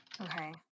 Okay